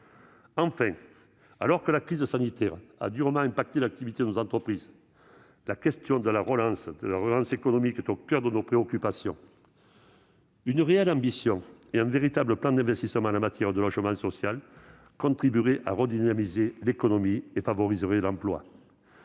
Enfin, alors que la crise sanitaire a eu de sévères répercussions sur l'activité de nos entreprises, la question de la relance économique est au coeur de nos préoccupations. Une réelle ambition et un véritable plan d'investissement en matière de logement social contribueraient à redynamiser l'économie et favoriseraient l'emploi.